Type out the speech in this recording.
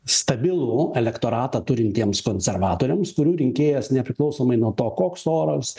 stabilų elektoratą turintiems konservatoriams kurių rinkėjas nepriklausomai nuo to koks oras